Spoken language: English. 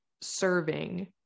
serving